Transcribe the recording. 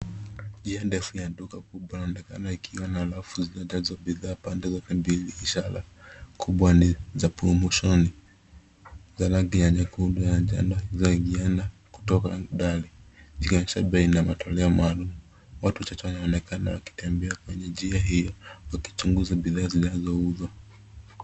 Njia ndefu ya duka kubwa inaonekana ikiwa na rafu zilizojaa bidhaa pande zote mbili. Ishara kubwa ni za promotion za rangi ya nyekundu na njano zikiangiana kutoka ndani, zikionyesha bei na matoleo maalum. Watu wachache wanaonekana wakitembea kwenye njia hiyo wakichunguza bidhaa zinazouzwa.